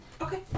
Okay